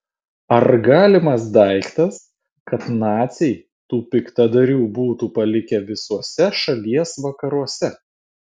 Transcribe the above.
ar galimas daiktas kad naciai tų piktadarių būtų palikę visuose šalies vakaruose